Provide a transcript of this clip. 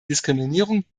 diskriminierung